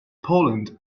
poland